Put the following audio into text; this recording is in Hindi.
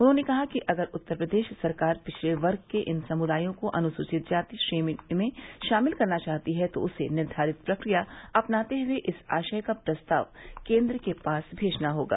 उन्होंने कहा कि अगर उत्तर प्रदेश सरकार पिछड़े वर्ग के इन समुदायों को अनुसूचित जाति श्रेणी में शामिल करना चाहती है तो उसे निर्घारित प्रक्रिया अपनाते हुए इस आशय का प्रस्ताव केन्द्र के पास भेजना होगा